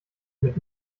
mit